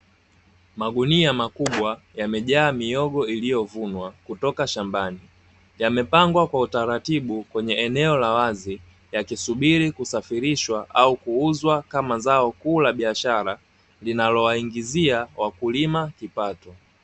Magunia makubwa yamejaa mihogo iliyovunwa kutoka shambani. Yamepangwa kwa utaratibu kwenye eneo la wazi, yakisubiri kusafirishwa au kuuzwa kama zao kuu la biashara, linalowaingizia wakulima kipato.